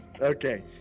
Okay